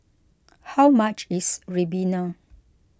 how much is Ribena